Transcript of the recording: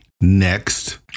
next